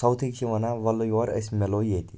ساوتھٕکۍ چھِ وَنان وَل یور أسۍ مِلو ییٚتہِ